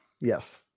Yes